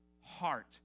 heart